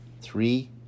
Three